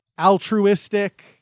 altruistic